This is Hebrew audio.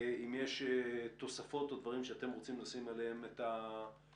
אם יש תוספות או דברים שאתם רוצים לשים עליהם את היד,